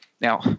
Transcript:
now